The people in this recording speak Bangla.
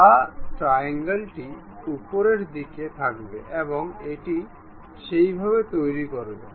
আসুন প্যারালাল বস্তুতে ক্লিক করি